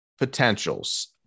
potentials